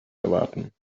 erwarten